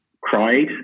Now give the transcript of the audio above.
cried